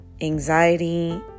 anxiety